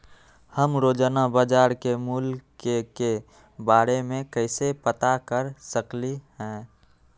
हम रोजाना बाजार के मूल्य के के बारे में कैसे पता कर सकली ह?